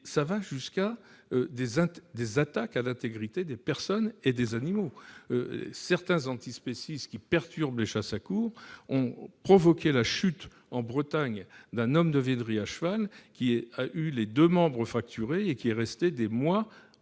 -, qui vont jusqu'à des attaques à l'intégrité des personnes et des animaux. Certains antispécistes perturbent les chasses à courre ; ils ont provoqué la chute, en Bretagne, d'un homme de vénerie à cheval qui a eu deux membres fracturés et est resté des mois à